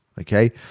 Okay